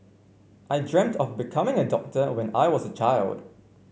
I dreamt of becoming a doctor when I was a child